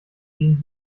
gegen